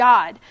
God